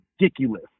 ridiculous